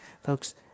Folks